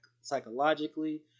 psychologically